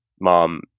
mom